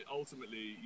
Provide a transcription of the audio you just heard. ultimately